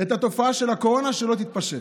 את התופעה של הקורונה, שלא תתפשט,